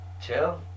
chill